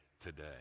today